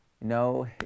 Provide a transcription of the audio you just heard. no